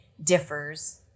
differs